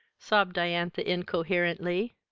sobbed diantha incoherently.